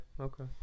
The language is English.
okay